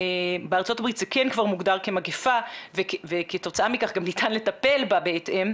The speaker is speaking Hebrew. בארצות הברית זה כן כבר מוגדר כמגפה וכתוצאה מכך גם ניתן לטפל בהתאם,